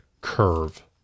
curve